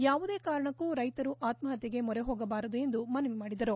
ಯಾವುದೇ ಕಾರಣಕ್ಕೂ ರೈತರು ಆತ್ಮಹತ್ಯೆಗೆ ಮೊರೆ ಹೋಗಬಾರದು ಎಂದು ಮನವಿ ಮಾಡಿದರು